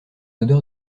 odeur